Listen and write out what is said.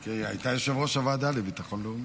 כי היא הייתה יושבת-ראש הוועדה לביטחון לאומי.